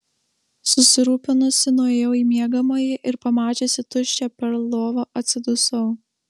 susirūpinusi nuėjau į miegamąjį ir pamačiusi tuščią perl lovą atsidusau